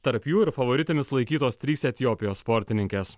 tarp jų ir favoritėmis laikytos trys etiopijos sportininkės